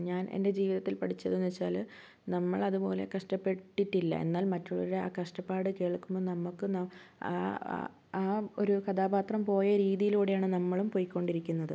ഞാൻ എൻ്റെ ജീവിതത്തിൽ പഠിച്ചതെന്നു വെച്ചാല് നമ്മളതു പോലെ കഷ്ട്ടപ്പെട്ടിട്ടില്ല എന്നാൽ മറ്റുള്ളവരുടെ ആ കഷ്ടപ്പാടു കേൾക്കുമ്പോൾ നമുക്ക് ന ആ ആ ഒരു കഥാപാത്രം പോയ ഒരു രീതിയിലൂടെയാണ് നമ്മളും പൊയ്ക്കൊണ്ടിരിക്കുന്നത്